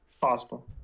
Possible